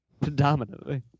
Predominantly